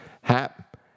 Hap